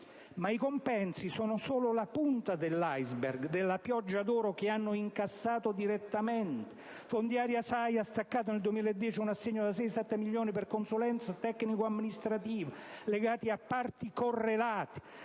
Ma i compensi sono solo la punta dell'i*ceberg* della pioggia d'oro che hanno incassato direttamente. Fondiaria Sai ha staccato nel 2010 un assegno da 6,7 milioni per consulenze tecnico-amministrative legali a parti correlate.